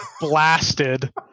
blasted